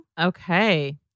Okay